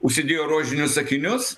užsidėjo rožinius akinius